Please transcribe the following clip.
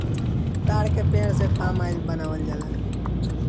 ताड़ के पेड़ से पाम आयल बनावल जाला